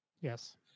yes